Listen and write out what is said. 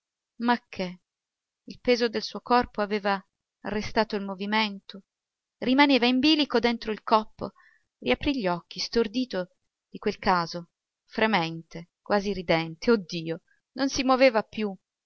ma che il peso del suo corpo aveva arrestato il movimento rimaneva in bilico dentro il coppo riaprì gli occhi stordito di quel caso fremente quasi ridente oh dio non si moveva più